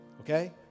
okay